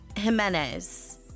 Jimenez